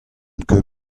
ket